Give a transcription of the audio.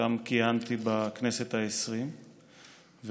ששם כיהנתי בכנסת העשרים,